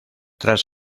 tras